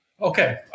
Okay